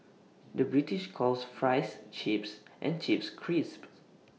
the British calls Fries Chips and Chips Crisps